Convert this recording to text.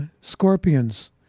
Scorpions